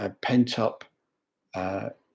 pent-up